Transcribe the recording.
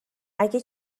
اگه